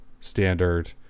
standard